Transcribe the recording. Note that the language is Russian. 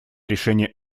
решения